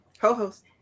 Co-host